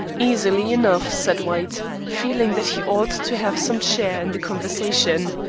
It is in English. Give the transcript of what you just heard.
easily enough, said white, feeling that he ought to have some share in the conversation.